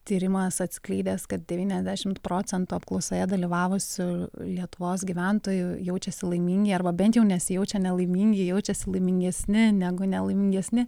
tyrimas atskleidęs kad devyniasdešimt procentų apklausoje dalyvavusių lietuvos gyventojų jaučiasi laimingi arba bent jau nesijaučia nelaimingi jaučiasi laimingesni negu nelaimingesni